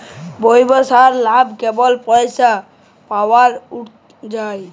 ব্যবসায় লাভ ক্যইরে যে পইসা পাউয়া যায়